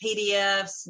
PDFs